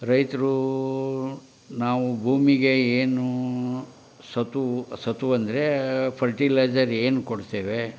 ರೈತರು ನಾವು ಭೂಮಿಗೆ ಏನು ಸತು ಸತು ಅಂದರೆ ಫರ್ಟಿಲೈಜರ್ ಏನು ಕೊಡ್ತೇವೆ